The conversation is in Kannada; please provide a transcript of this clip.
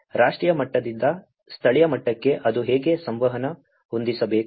ಆದ್ದರಿಂದ ರಾಷ್ಟ್ರೀಯ ಮಟ್ಟದಿಂದ ಸ್ಥಳೀಯ ಮಟ್ಟಕ್ಕೆ ಅದು ಹೇಗೆ ಸಂವಹನವನ್ನು ಹೊಂದಿಸಬೇಕು